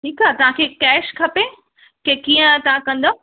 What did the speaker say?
ठीकु आहे तव्हांखे कैश खपे के कीअं तव्हां कंदा